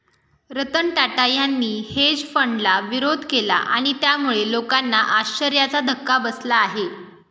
रतन टाटा यांनी हेज फंडाला विरोध केला आणि त्यामुळे लोकांना आश्चर्याचा धक्का बसला आहे